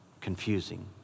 confusing